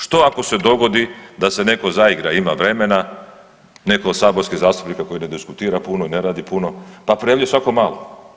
Što ako se dogodi da se netko zaigra, ima vremena, netko od saborskih zastupnika koji ne diskutira puno i ne radi puno, pa pređe svako malo?